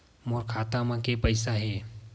मोर खाता म के पईसा हे?